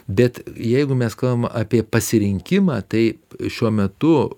bet jeigu mes kalbam apie pasirinkimą tai šiuo metu